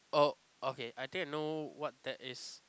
oh okay I think I know what that is